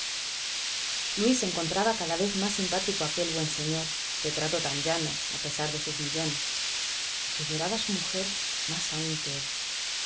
luis encontraba cada vez más simpático a aquel buen señor de trato tan llano a pesar de sus millones y que lloraba a su mujer más aún que él